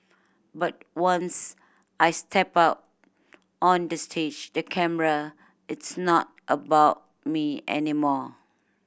but once I step out on the stage the camera it's not about me anymore